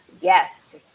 yes